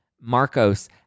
Marcos